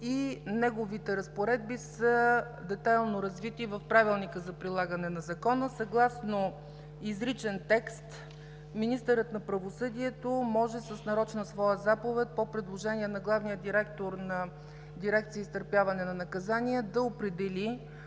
неговите разпоредби са детайлно развити в Правилника за прилагане на Закона. Съгласно изричен текст, министърът на правосъдието може с нарочна своя заповед, по предложение на главния директор на Дирекция „Изтърпяване на наказания“, да определи